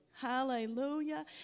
hallelujah